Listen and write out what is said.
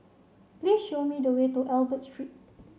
please show me the way to Albert Street